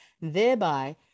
thereby